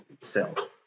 sell